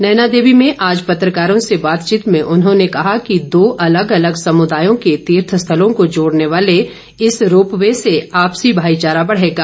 नैना देवी में आज पत्रकारों से बातचीत के दौरान उन्होंने कहा कि दो अलग अलग समुदायों के तीर्थ स्थलों को जोड़ने वाले इस रोपवे से आपसी भाईचारा बढ़ेगा